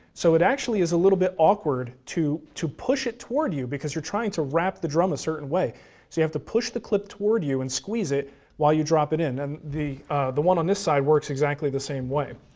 so it actually is a little bit awkward to to push it toward you because you're trying to wrap the drum a certain way. so you have to push the clip toward you and to squeeze it while you drop it in. and the the one on this side works exactly the same way.